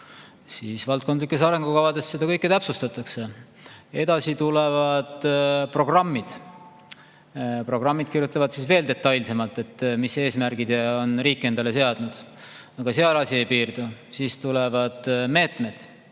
Valdkondlikes arengukavades seda kõike täpsustatakse. Edasi tulevad programmid. Programmid kirjutavad veel detailsemalt ette, mis eesmärgid on riik endale seadnud. Ka sellega asi ei piirdu. Edasi tulevad meetmed,